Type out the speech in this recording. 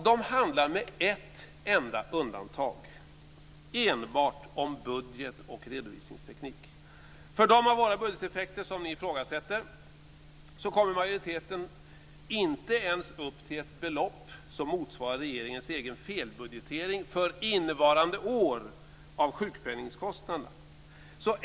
De handlar, med ett enda undantag, enbart om budget och redovisningsteknik. För de av våra budgeteffekter som ni ifrågasätter kommer majoriteten inte ens upp till ett belopp som motsvarar regeringens egen felbudgetering för innevarande års sjukpenningskostnader.